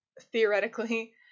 theoretically